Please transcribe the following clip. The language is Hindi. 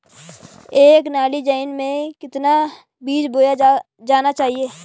एक नाली जमीन में कितना बीज बोया जाना चाहिए?